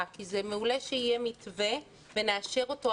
כי זה מעולה שיהיה מתווה ונאשר אותו,